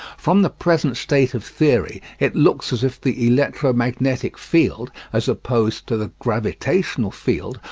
from the present state of theory it looks as if the electromagnetic field, as opposed to the gravitational field,